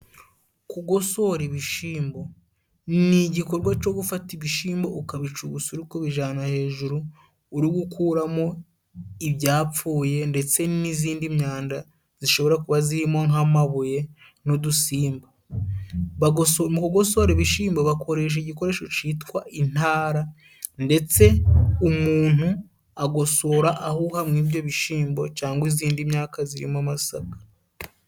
Kugosora ibishimbo ni igikorwa co gufata ibishimbo ukabicugusa uri kubijana hejuru, uri gukuramo ibyapfuye ndetse n'izindi myanda zishobora kuba zirimo nk'amabuye n'udusimba. Mu kugosora ibishimbo bakoresha igikoresho citwa intara ndetse umuntu agosora ahuha muri ibyo bishimbo cangwa izindi myaka zirimo amasaka.